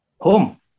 home